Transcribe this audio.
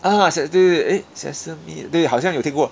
ah ses~ 对对 eh SESAMI 对好像有听过